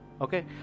Okay